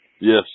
Yes